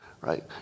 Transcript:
right